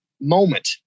moment